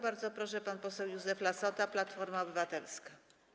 Bardzo proszę, pan poseł Józef Lassota, Platforma Obywatelska.